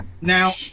Now